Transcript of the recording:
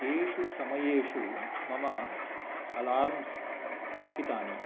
केषु समयेषु मम अलार्म्स् स्थापितानि